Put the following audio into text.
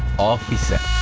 officer.